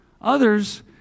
Others